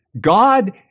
God